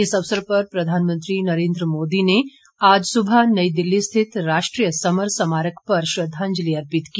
इस अवसर पर प्रधानमंत्री नरेंद्र मोदी ने आज सुबह नई दिल्ली रिथित राष्ट्रीय समर स्मारक पर श्रद्धांजलि अर्पित की